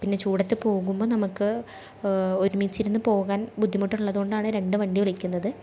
പിന്നെ ചൂടത്ത് പോകുമ്പോൾ നമ്മൾക്ക് ഒരുമിച്ചിരുന്ന് പോകാൻ ബുദ്ധിമുട്ടുള്ളത് കൊണ്ടാണ് രണ്ട് വണ്ടി വിളിക്കുന്നത്